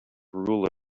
rule